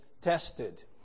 tested